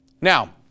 Now